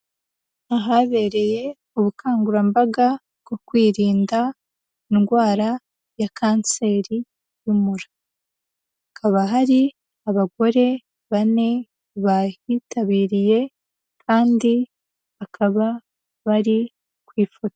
Ahabereye ubukangurambaga bwo kwirinda indwara ya Kanseri y'umura, hakaba hari abagore bane bahitabiriye kandi bakaba bari kw'ifoto.